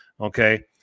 Okay